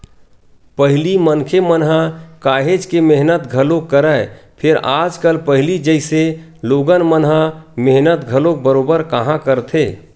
पहिली मनखे मन ह काहेच के मेहनत घलोक करय, फेर आजकल पहिली जइसे लोगन मन ह मेहनत घलोक बरोबर काँहा करथे